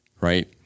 right